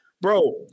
Bro